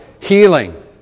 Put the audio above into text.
healing